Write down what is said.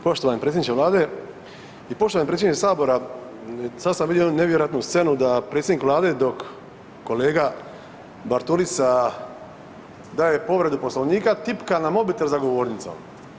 Poštovani predsjedniče Vlade i poštovani predsjedniče sabora sad sam vidio jednu nevjerojatnu scenu da predsjednik Vlade dok kolega Bartulica daje povredu Poslovnika tipka na mobitel za govornicom.